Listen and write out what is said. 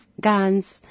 guns